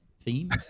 Theme